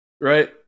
Right